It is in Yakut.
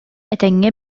этэҥҥэ